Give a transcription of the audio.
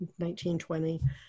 1920